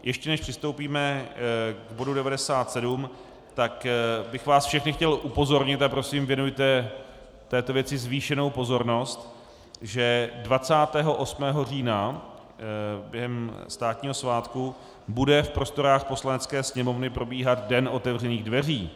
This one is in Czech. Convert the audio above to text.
Ještě než přistoupíme k bodu 97, tak bych vás všechny chtěl upozornit, a prosím, věnujte této věci zvýšenou pozornost, že 28. října během státního svátku bude v prostorách Poslanecké sněmovny probíhat den otevřených dveří.